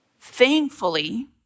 Thankfully